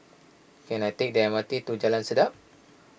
can I take the M R T to Jalan Sedap